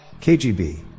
KGB